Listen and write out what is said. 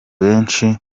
benshi